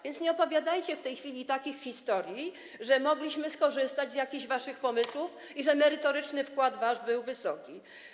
Więc nie opowiadajcie w tej chwili takich historii, że mogliśmy skorzystać z jakichś waszych pomysłów i że wasz merytoryczny wkład był wysoki.